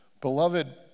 Beloved